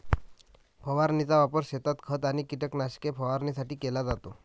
फवारणीचा वापर शेतात खत आणि कीटकनाशके फवारणीसाठी केला जातो